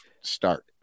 start